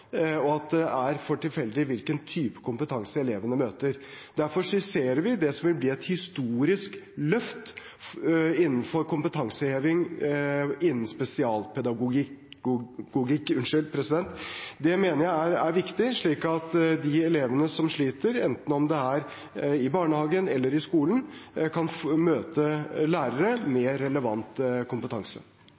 og at det er for tilfeldig hvilken type kompetanse elevene møter. Derfor skisserer vi det som vil bli et historisk løft for kompetanseheving innen spesialpedagogikk, slik at de elevene som sliter, enten det er i barnehagen eller i skolen, kan møte lærere med relevant kompetanse.